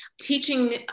teaching